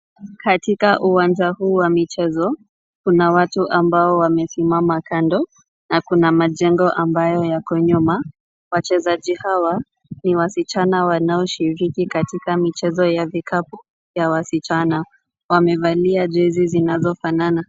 Katika uwanja huu wa michezo, kuna watu ambao wamesimama kando na kuna majengo ambayo yako nyuma. Wachezaji hawa ni wasichana wanaoshiriki katika michezo ya vikapu ya wasichana. Wamevalia jezi zinazofanana.